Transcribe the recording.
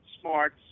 smart